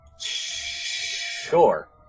Sure